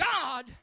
God